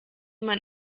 man